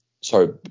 Sorry